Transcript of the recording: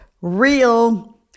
real